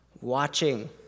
watching